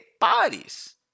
bodies